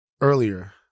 earlier